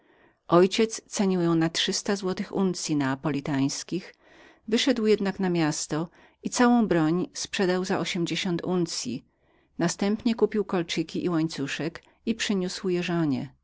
ojciec cenił ją trzysta neapolitańskich uncyi złota wyszedł jednak na miasto i całą broń sprzedał za ośmdziesiąt uncyi następnie kupił kólczyki i łańcuszek i przyniósł